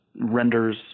renders